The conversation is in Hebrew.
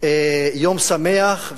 יום שמח,